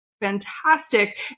fantastic